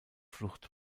flucht